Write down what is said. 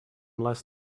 less